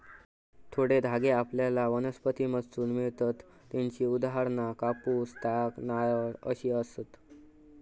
थोडे धागे आपल्याला वनस्पतींमधसून मिळतत त्येची उदाहरणा कापूस, ताग, नारळ अशी आसत